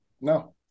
No